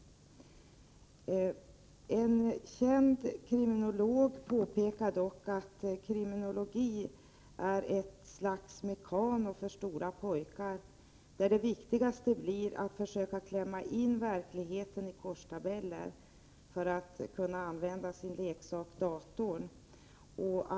En känd kriminolog påpekar dock att kriminologi är ett slags mekano för stora pojkar, där det viktigaste blir att försöka klämma in verkligheten i korstabeller för att kunna använda sin leksak datorn.